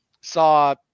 saw